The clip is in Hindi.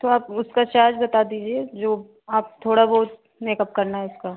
तो आप उसका चार्ज बता दीजिए जो आप थोड़ा बहुत मेकअप करना है इसका